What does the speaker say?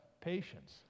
patience